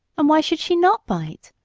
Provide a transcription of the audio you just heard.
and why should she not bite?